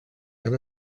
han